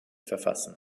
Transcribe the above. verfassen